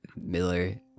Miller